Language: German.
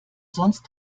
sonst